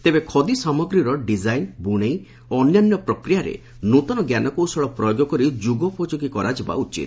ତେବେ ଖଦୀ ସାମଗ୍ରୀର ଡିଜାଇନ୍ ବୁଣେଇ ଓ ଅନ୍ୟାନ୍ୟ ପ୍ରକ୍ରିୟାକୁ ନୂଆ ଜ୍ଞାନକୌଶଳ ପ୍ରୟୋଗ କରି ଯୁଗୋପଯୋଗୀ କରାଯିବା ଉଚିତ